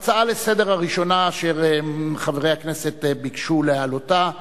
ההצעות הראשונות לסדר-היום אשר חברי הכנסת ביקשו להעלותן,